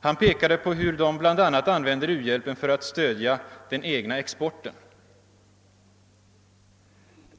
Han pekade på hur de bl.a. använder u-hjälpen för att stödja den egna exporten.